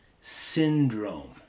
Syndrome